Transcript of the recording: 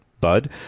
Bud